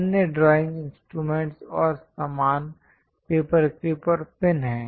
अन्य drawing instruments और सामान पेपर क्लिप और पिन हैं